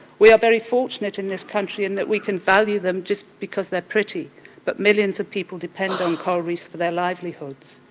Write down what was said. we are very fortunate in this country in that we can value them just because they're pretty but millions of people depend on coral reefs for their livelihoods.